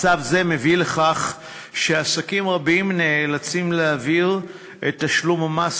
מצב זה מביא לכך שעסקים רבים נאלצים להעביר את תשלום המס